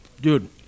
Dude